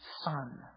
son